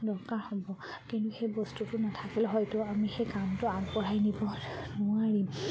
দৰকাৰ হ'ব কিন্তু সেই বস্তুটো নাথাকিলে হয়তো আমি সেই কামটো আগবঢ়াই নিবলৈ নোৱাৰিম